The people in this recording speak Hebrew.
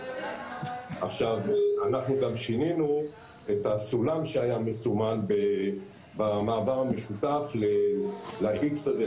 אנחנו גם שינינו את הסולם שהיה מסומן במעבר המשותף ל"איקס" הזה,